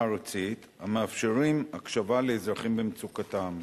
ארצית המאפשרים הקשבה לאזרחים במצוקתם: